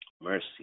mercy